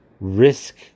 risk